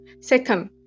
Second